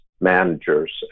Managers